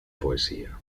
poesía